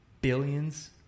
billions